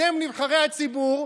אתם נבחרי הציבור,